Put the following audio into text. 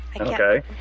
Okay